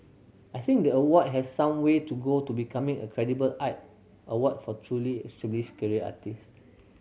I think the award has some way to go to becoming a credible art award for truly established career artist